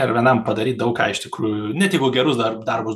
ar vienam padaryt daug ką iš tikrųjų net jeigu gerus dar darbus